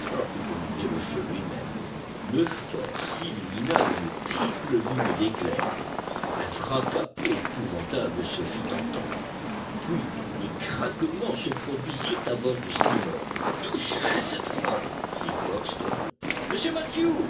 commandé le feu lui-même le fort s'illumina d'une triple ligne d'éclairs un fracas épouvantable se fit entendre puis des craquements se produisirent à bord du steamer touchés cette fois fit crockston monsieur mathew